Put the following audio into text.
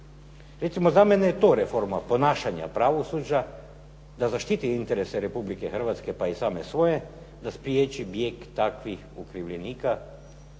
Recimo za mene je to reforma ponašanja pravosuđa da zaštiti interese Republike Hrvatske pa i same svoje, da spriječi bijeg takvih okrivljenika